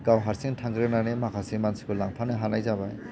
गाव हारसिं थांग्रोनानै माखासे मानसिखौ लांफानो हानाय जाबाय